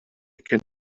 can